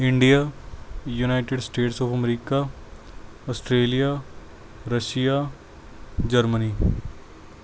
India United States of America Australia Russia Germany